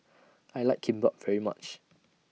I like Kimbap very much